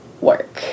work